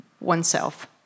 oneself